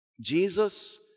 Jesus